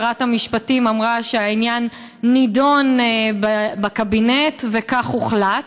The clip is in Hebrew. שרת המשפטים אמרה שהעניין נדון בקבינט וכך הוחלט.